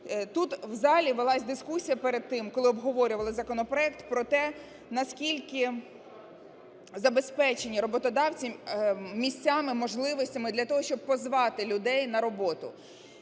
Тут у залі велася дискусія перед тим, коли обговорювали законопроект, про те, наскільки забезпечення роботодавцем місцями, можливостями для того, щоб позвати людей на роботу.